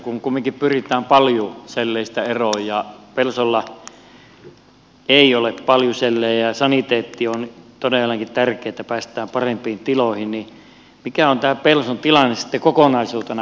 kun kumminkin pyritään paljuselleistä eroon ja pelsolla ei ole paljusellejä ja saniteetti on todellakin tärkeä asia se että päästään parempiin tiloihin niin mikä on tämä pelson tilanne sitten kokonaisuutena